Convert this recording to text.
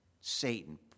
Satan